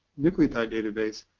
nucleotide database.